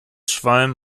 schwalm